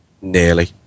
Nearly